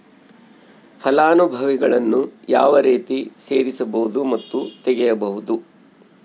ಫಲಾನುಭವಿಗಳನ್ನು ಯಾವ ರೇತಿ ಸೇರಿಸಬಹುದು ಮತ್ತು ತೆಗೆಯಬಹುದು?